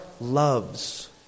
loves